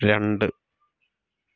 രണ്ട്